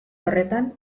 horretan